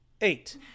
Eight